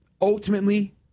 ultimately